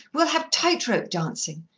we'll have tight-rope dancing.